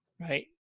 right